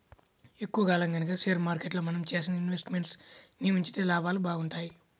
ఎక్కువ కాలం గనక షేర్ మార్కెట్లో మనం చేసిన ఇన్వెస్ట్ మెంట్స్ ని ఉంచితే లాభాలు బాగుంటాయి